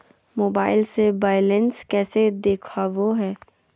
Mobile से balance कैसे देखाबो है?